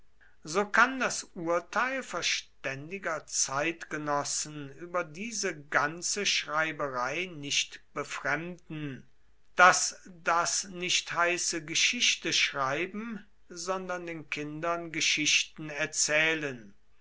so kann das urteil verständiger zeitgenossen über diese ganze schreiberei nicht befremden daß das nicht heiße geschichte schreiben sondern den kindern geschichten erzählen